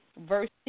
Verse